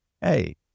hey